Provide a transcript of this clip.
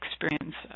experience